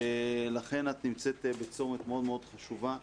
ולכן את נמצאת בצומת מאוד מאוד חשובה,